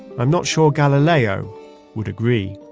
i'm not sure galileo would agree